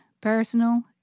personal